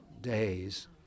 days